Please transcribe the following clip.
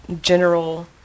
general